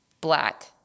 Black